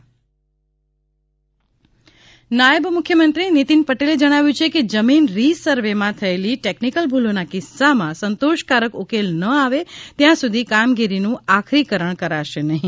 રી સર્વે નિતિન પટેલ નાયબ મુખ્યમંત્રી નીતિન પટેલે જણાવ્યું છે કે જમીન રી સર્વેમાં થયેલી ટેકનીકલ ભૂલોના કિસ્સામાં સંતોષકારક ઉકેલ ન આવે ત્યાં સુધી કામગીરીનું આખરીકરણ કરાશે નહીં